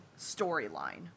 storyline